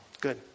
Good